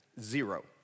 zero